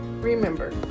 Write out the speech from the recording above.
remember